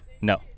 no